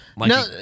No